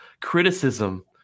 criticism